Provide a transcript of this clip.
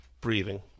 breathing